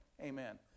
Amen